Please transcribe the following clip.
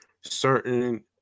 certain